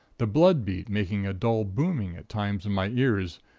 the blood beat making a dull booming at times in my ears,